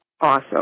Awesome